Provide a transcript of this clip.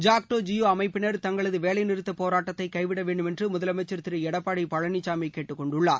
ஜாக்டோ ஜியோ அமைப்பினர் தங்களது வேலை நிறுத்தப் போராட்டத்தை கைவிட வேண்டும் என்று முதலமைச்சர் திரு எடப்பாடி பழனிசாமி கேட்டுக் கொண்டுள்ளார்